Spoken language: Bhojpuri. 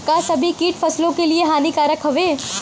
का सभी कीट फसलों के लिए हानिकारक हवें?